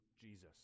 jesus